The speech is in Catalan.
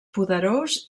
poderós